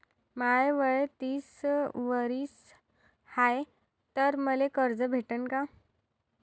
माय वय तीस वरीस हाय तर मले कर्ज भेटन का?